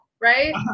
right